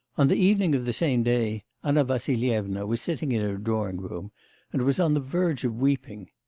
on the evening of the same day, anna vassilyevna was sitting in her drawing-room and was on the verge of weeping.